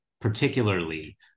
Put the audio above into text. particularly